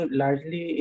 largely